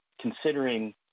considering